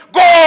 go